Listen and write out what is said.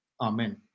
Amen